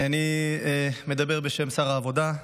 אני מדבר בשם שר העבודה.